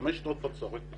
אחרי חמש שנות בצורת,